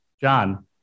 John